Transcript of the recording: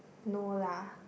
no lah